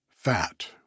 fat